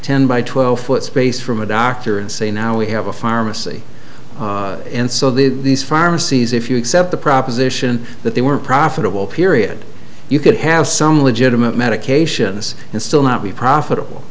ten by twelve foot space from a doctor and say now we have a pharmacy and so these pharmacies if you accept the proposition that they were profitable period you could have some legitimate medications and still not be profitable